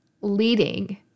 leading